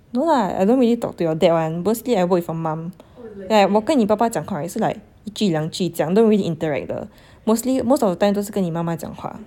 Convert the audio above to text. no lah I don't really talk to your dad [one] mostly I work with your mum like 我跟你爸爸讲话也是 like 一句两句这样 don't really interact 的 mostly most of the time 都是跟你妈妈讲话